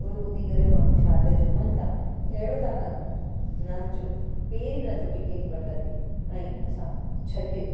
ॿुधीउहो करे माण्हू छा त झुमनि था अहिड़े था कनि पिया नाचु पेर ई नथो टिकेनि पट ते ऐं असां छॼु